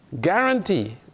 guarantee